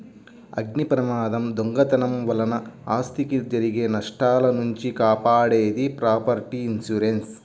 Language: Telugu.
అగ్నిప్రమాదం, దొంగతనం వలన ఆస్తికి జరిగే నష్టాల నుంచి కాపాడేది ప్రాపర్టీ ఇన్సూరెన్స్